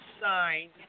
signed